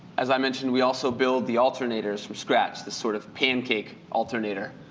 as i mentioned, we also build the alternator from scratch, this sort of pancake alternator.